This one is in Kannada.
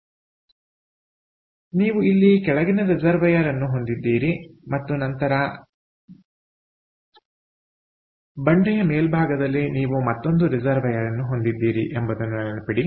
ಆದ್ದರಿಂದ ನೀವು ಇಲ್ಲಿ ಕೆಳಗಿನ ರಿಸರ್ವೈಯರ್ಅನ್ನು ಹೊಂದಿದ್ದೀರಿ ಮತ್ತು ನಂತರ ಬಂಡೆಯ ಮೇಲ್ಭಾಗದಲ್ಲಿ ನೀವು ಮತ್ತೊಂದು ರಿಸರ್ವೈಯರ್ಅನ್ನು ಹೊಂದಿದ್ದೀರಿ ಎಂಬುದನ್ನು ನೆನಪಿಡಿ